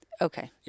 okay